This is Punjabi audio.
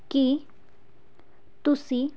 ਕੀ ਤੁਸੀਂ